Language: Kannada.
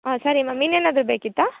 ಹಾಂ ಸರಿ ಮ್ಯಾಮ್ ಇನ್ನೇನಾದರೂ ಬೇಕಿತ್ತಾ